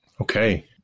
okay